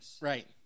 Right